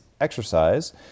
exercise